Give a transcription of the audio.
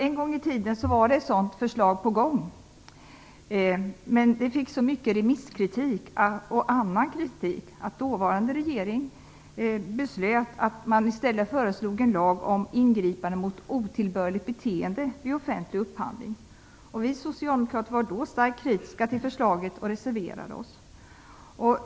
En gång i tiden var ett sådant förslag på gång, men det fick så mycket remisskritik och annan kritik att den dåvarande regeringen beslöt att i stället föreslå en lag om ingripande mot otillbörligt beteende vid offentlig upphandling. Vi socialdemokrater var då starkt kritiska till förslaget och reserverade oss.